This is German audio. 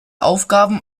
aufgaben